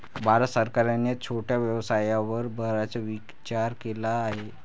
भारत सरकारने छोट्या व्यवसायावर बराच विचार केला आहे